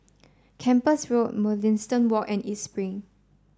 Kempas Road Mugliston Walk and East Spring